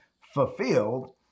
fulfilled